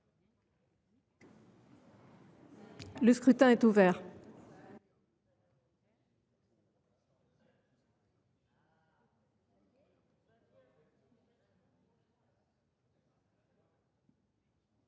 Le scrutin est ouvert.